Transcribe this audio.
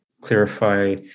clarify